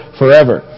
forever